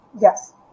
Yes